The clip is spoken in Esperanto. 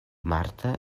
marta